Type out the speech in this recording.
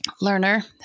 learner